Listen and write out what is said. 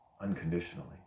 unconditionally